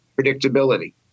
predictability